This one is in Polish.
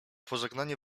pożegnanie